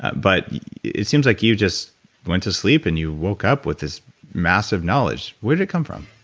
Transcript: but it seems like you just went to sleep and you woke up with this massive knowledge. where did it come from?